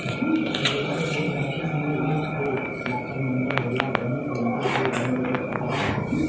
जइसे post office मे एक ठे लाकर नम्बर होला वही तरीके से बैंक के खाता होला